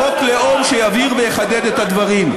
בחוק לאום שיבהיר ויחדד את הדברים.